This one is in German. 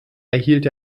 erhielt